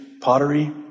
pottery